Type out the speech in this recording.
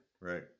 right